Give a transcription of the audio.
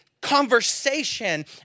conversation